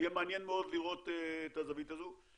יהיה מעניין מאוד לראות את הזווית הזו.